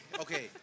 Okay